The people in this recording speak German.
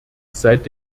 seit